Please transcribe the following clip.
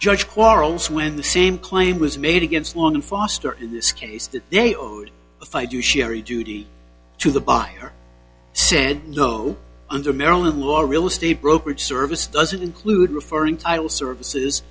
judge quarrels when the same claim was made against long foster in this case that they owed if i do sherry duty to the buyer said no under maryland law real estate brokerage service doesn't include referring title services